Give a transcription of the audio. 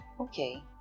Okay